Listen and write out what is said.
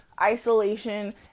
isolation